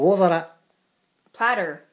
platter